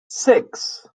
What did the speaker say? six